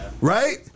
Right